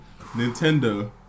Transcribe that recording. Nintendo